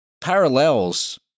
parallels